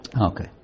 Okay